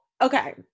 okay